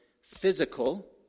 physical